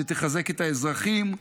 שתחזק את האזרחים,